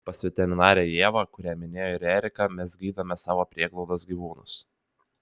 pas veterinarę ievą kurią minėjo ir erika mes gydome savo prieglaudos gyvūnus